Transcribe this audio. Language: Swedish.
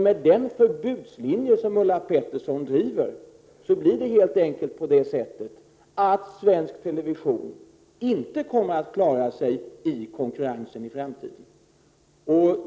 Med den förbudslinje som Ulla Pettersson driver kommer svensk television inte att klara sig i konkurrensen i framtiden.